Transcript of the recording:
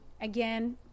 again